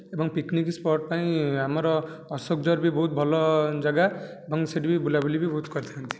ଏବଂ picnic spot ପାଇଁ ଆମର ଅଶୋକଝର ବି ବହୁତ ଭଲ ଜାଗା ଏବଂ ସେଠି ବି ବୁଲାବୁଲି ବି ବହୁତ କରିଥାନ୍ତି